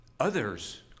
others